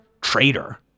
traitor